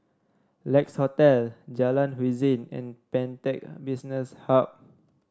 Lex Hotel Jalan Hussein and Pantech Business Hub